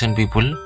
people